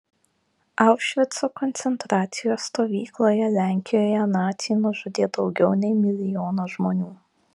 aušvico koncentracijos stovykloje lenkijoje naciai nužudė daugiau nei milijoną žmonių